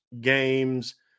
games